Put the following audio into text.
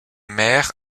maires